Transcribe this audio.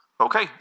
Okay